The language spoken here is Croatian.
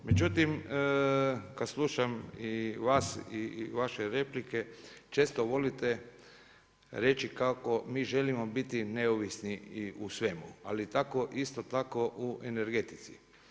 Međutim, kad slušam i vas i vaše replike često volite reći kako mi želimo biti neovisni u svemu, ali tako isto tako u energetici.